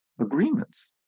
agreements